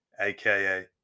AKA